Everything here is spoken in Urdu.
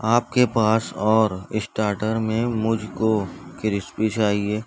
آپ کے پاس اور اسٹارٹر میں مجھ کو کرسپی چاہیے